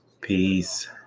Peace